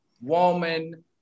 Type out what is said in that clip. woman